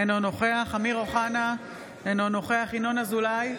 אינו נוכח אמיר אוחנה, אינו נוכח ינון אזולאי,